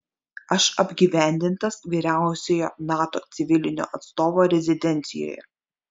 aš apgyvendintas vyriausiojo nato civilinio atstovo rezidencijoje